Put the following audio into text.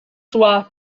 zła